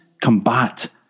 combat